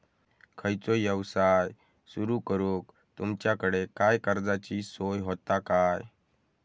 खयचो यवसाय सुरू करूक तुमच्याकडे काय कर्जाची सोय होता काय?